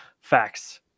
facts